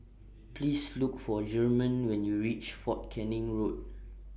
Please Look For German when YOU REACH Fort Canning Road